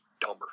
dumber